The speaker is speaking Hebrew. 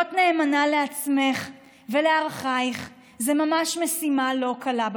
להיות נאמנה לעצמך ולערכייך זו ממש לא משימה קלה.